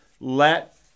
let